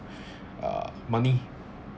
uh money